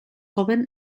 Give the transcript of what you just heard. joven